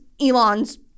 Elon's